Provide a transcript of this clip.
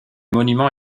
monument